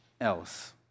else